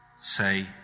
say